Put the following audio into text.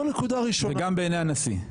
וגם בעיני הנשיא.